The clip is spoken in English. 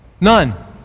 None